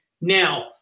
Now